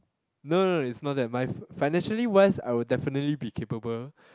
no no no it's not that my financially wise I will definitely be capable